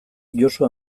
josu